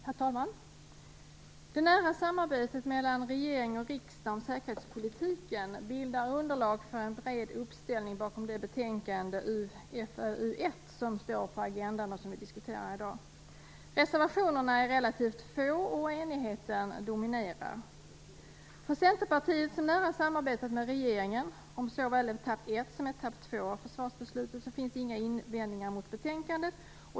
Herr talman! Det nära samarbetet mellan regering och riksdag om säkerhetspolitiken bildar underlag för en bred uppslutning bakom det betänkande, UföU 1, som står på agendan för i dag. Reservationerna är relativt få och enigheten dominerar. För Centerpartiet, som nära samarbetat med regeringen om såväl etapp 1 som etapp 2 av försvarsbeslutet, finns det inga invändningar mot betänkandet.